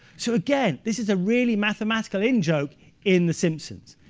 so again, this is a really mathematical in-joke in the simpsons.